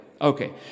Okay